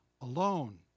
alone